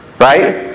right